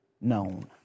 known